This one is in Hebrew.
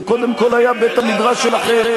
זה קודם כול היה בית-המדרש שלכם.